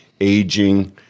aging